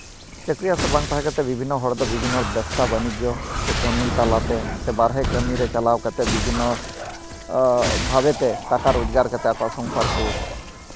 ᱪᱟᱹᱠᱨᱤ ᱟᱥᱟ ᱵᱟᱝ ᱛᱟᱦᱮᱸ ᱠᱟᱛᱮ ᱵᱤᱵᱷᱤᱱᱱᱚ ᱦᱚᱲ ᱫᱚ ᱵᱤᱵᱷᱤᱱᱱᱚ ᱵᱮᱵᱽᱥᱟ ᱵᱟᱱᱤᱡᱽᱡᱚ ᱥᱮ ᱠᱟᱹᱢᱤ ᱛᱟᱞᱟᱛᱮ ᱥᱮ ᱵᱟᱦᱨᱮ ᱠᱟᱹᱢᱤᱨᱮ ᱪᱟᱞᱟᱣ ᱠᱟᱛᱮ ᱵᱤᱵᱷᱤᱱᱱᱚ ᱵᱷᱟᱵᱮ ᱛᱮ ᱴᱟᱠᱟ ᱨᱳᱡᱽᱜᱟᱨ ᱠᱟᱛᱮ ᱟᱠᱚᱣᱟᱜ ᱥᱚᱝᱥᱟᱨ ᱠᱚ